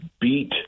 beat